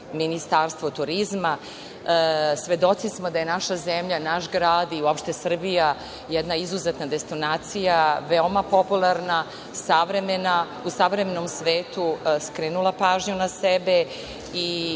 Ministarstvo turizma. Svedoci smo da je naša zemlja, naš grad i uopšte Srbija jedna izuzetna destinacija, veoma popularna u savremenom svetu skrenula pažnju na sebe i